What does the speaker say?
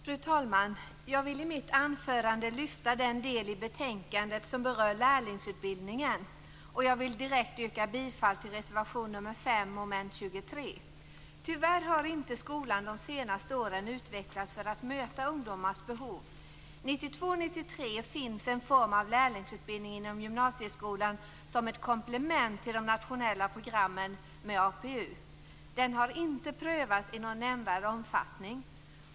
Fru talman! Jag vill i mitt anförande lyfta fram den del i betänkandet som berör lärlingsutbildningen. Jag vill direkt yrka bifall till reservation nr 5 under mom. 23. Tyvärr har inte skolan under de senaste åren utvecklats för att möta ungdomars behov. 1992/93 fanns en form av lärlingsutbildning inom gymnasieskolan som ett komplement till de nationella programmen med APU. Den har inte prövats i någon nämnvärd omfattning.